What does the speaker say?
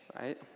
right